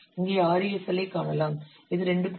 இங்கே RESL ஐக் காணலாம் இது 2